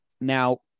Now